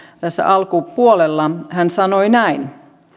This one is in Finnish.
tässä alkupuolella hän sanoi näin